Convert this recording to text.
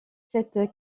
cette